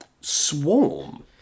Swarm